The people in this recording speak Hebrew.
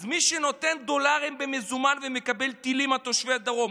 אז מי שנותן דולרים במזומן ומקבל טילים על תושבי הדרום,